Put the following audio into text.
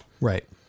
right